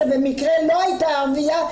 שבמקרה לא היתה ערבייה,